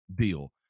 deal